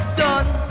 done